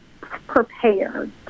prepared